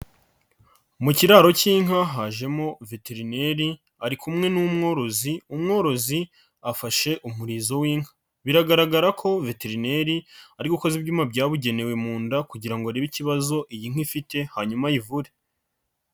Mu kiraro cy'inka hajemo veterineri ari kumwe n'umworozi, umworozi afashe umurizo w'inka, biragaragara ko veterineri ari ugukoza ibyuma byabugenewe mu nda kugira ngo irebe ikibazo iyi nka ifite hanyuma ayivure.